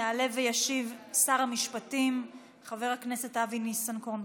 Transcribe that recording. יעלה וישיב שר המשפטים חבר הכנסת אבי ניסנקורן.